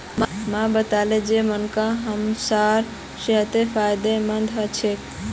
माँ बताले जे मुनक्का हमसार सेहतेर फायदेमंद ह छेक